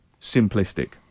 simplistic